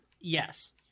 yes